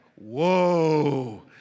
whoa